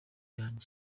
yanjye